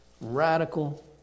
Radical